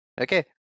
Okay